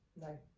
No